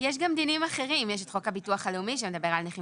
יש את חוק הביטוח הלאומי שמדבר על נכים